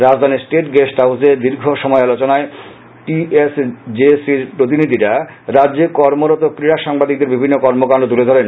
রাজধানীর state guest হাউসে দীর্ঘসময় আলোচনায় টি এস জে সির প্রতিনিধিরা রাজ্যে কর্মরত ক্রীডা সাংবাদিকদের বিভিন্ন কর্মকাণ্ড তুলে ধরেন